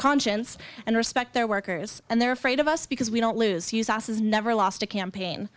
conscience and respect their workers and they're afraid of us because we don't lose you sas has never lost a campaign